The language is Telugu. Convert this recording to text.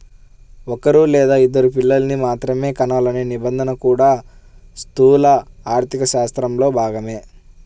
ఒక్కరూ లేదా ఇద్దరు పిల్లల్ని మాత్రమే కనాలనే నిబంధన కూడా స్థూల ఆర్థికశాస్త్రంలో భాగమే